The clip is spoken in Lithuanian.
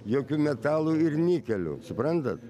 jokių metalų ir nikelių suprantat